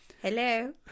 Hello